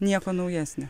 nieko naujesnio